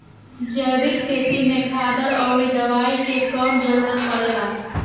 जैविक खेती में खादर अउरी दवाई के कम जरूरत पड़ेला